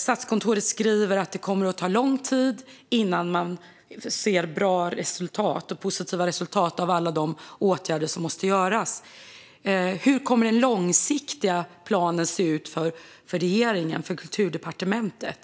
Statskontoret skriver att det kommer att ta lång tid innan man ser bra och positiva resultat av alla de åtgärder som måste göras. Hur ser regeringens och Kulturdepartementets långsiktiga plan ut?